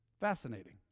Fascinating